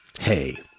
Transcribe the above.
Hey